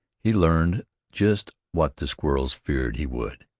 he learned just what the squirrels feared he would,